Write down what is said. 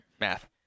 Math